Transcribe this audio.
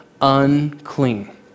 unclean